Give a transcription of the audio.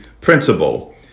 principle